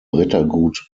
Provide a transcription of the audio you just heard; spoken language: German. rittergut